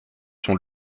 sont